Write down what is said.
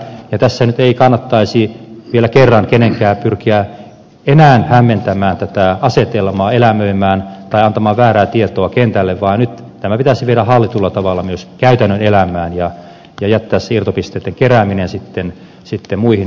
tässä ei nyt kannattaisi vielä kerran kenenkään pyrkiä enää hämmentämään tätä asetelmaa elämöimään tai antamaan väärää tietoa kentälle vaan nyt tämä pitäisi viedä hallitulla tavalla myös käytännön elämään ja jättää se irtopisteitten kerääminen muihin yhteyksiin